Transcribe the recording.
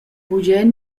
bugen